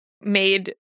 made